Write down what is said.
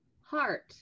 Heart